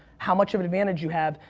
how much of an advantage you have.